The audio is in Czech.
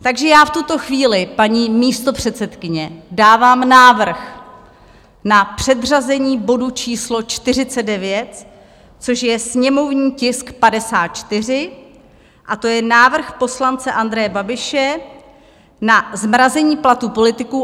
Takže já v tuto chvíli, paní místopředsedkyně, dávám návrh na předřazení bodu číslo 49, což je sněmovní tisk 54, a to je návrh poslance Andreje Babiše na zmrazení platů politiků.